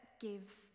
gives